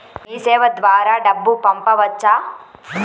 మీసేవ ద్వారా డబ్బు పంపవచ్చా?